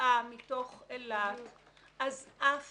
נסיעה מתוך אילת, אז אף